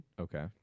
Okay